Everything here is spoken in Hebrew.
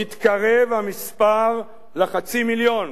יתקרב המספר לחצי מיליון.